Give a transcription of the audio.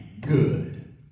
good